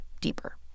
deeper